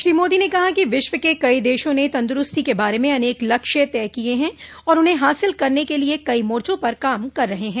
श्री मोदी ने कहा कि विश्व के कई देशों ने तंदुरूस्ती के बारे में अनेक लक्ष्य तय किए हैं और उन्हें हासिल करने लिए कई मोर्चों पर काम कर रहे हैं